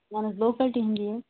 اَہَن حظ لوکَلٹی ہٕندی حظ